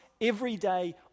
everyday